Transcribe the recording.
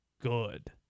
Good